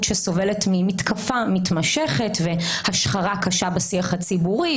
שסובלת ממתקפה מתמשכת והשחרה קשה בשיח הציבורי,